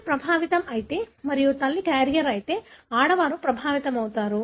తండ్రి ప్రభావితం అయితే మరియు తల్లి క్యారియర్ అయితే ఆడవారు ప్రభావితమవుతారు